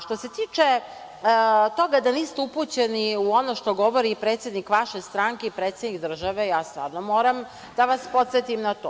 Što se tiče toga da niste upućeni u ono što govori predsednik vaše stranke i predsednik države, ja stvarno moram da vas podsetim na to.